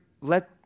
let